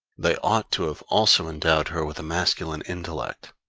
they ought to have also endowed her with a masculine intellect.